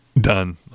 done